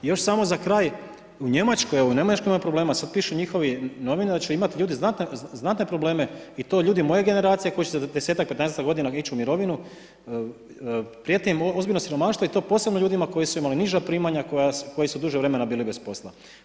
I još samo za kraj, u Njemačkoj imaju problema, sada pišu njihove novine da će imati ljudi znatne probleme i to ljudi moje generacije koji će za desetak, petnaestak godina ići u mirovinu prijeti im ozbiljno siromaštvo i to posebno ljudima koji su imali niža primanja, koji su duže vremena bili bez posla.